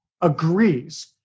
agrees